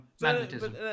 magnetism